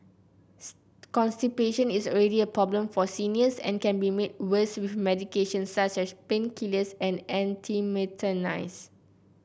constipation is already a problem for seniors and can be made worse with medication such as painkillers and